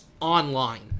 online